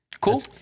Cool